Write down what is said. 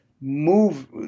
move